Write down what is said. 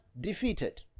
defeated